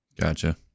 Gotcha